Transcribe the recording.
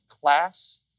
class